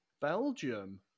Belgium